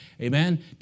Amen